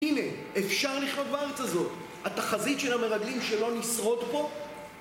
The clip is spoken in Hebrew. הנה אפשר לחיות בארץ הזאת. התחזית של המרגלים שלא נשרוד פה